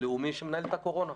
לאומי שמנהל את הקורונה.